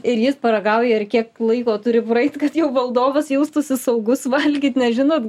ir jis paragauja ir kiek laiko turi praeit kad jau valdovas jaustųsi saugus valgyt nes žinot